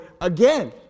again